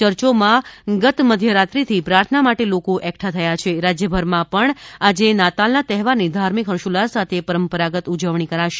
ચર્ચોમાં ગત મધ્ય રાત્રીથી પ્રાર્થના માટે લોકો એકઠાં થયા છે રાજયભરમાં આજે નાતાલના તહેવારની ધાર્મિક હર્ષોઉલ્લાસ સાથે પરંપરાગત ઉજવણી કરાશે